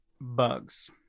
bugs